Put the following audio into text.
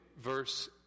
verse